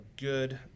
good